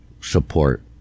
support